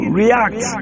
react